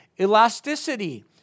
elasticity